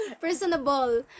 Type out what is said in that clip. personable